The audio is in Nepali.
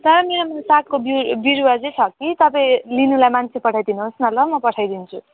तर पनि यहाँ मेरो सागको बिउ बिरुवा चाहिँ छ कि तपाईँ लिनुलाई मान्छे पठाइदिनुहोस् न ल म पठाइदिन्छु